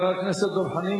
חבר הכנסת דב חנין,